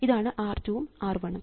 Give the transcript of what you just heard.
ഇതാണ് R 2 ഉം R 1 ഉം